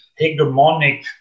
hegemonic